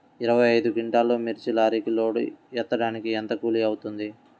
ఇరవై ఐదు క్వింటాల్లు మిర్చి లారీకి లోడ్ ఎత్తడానికి ఎంత కూలి అవుతుంది?